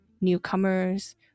newcomers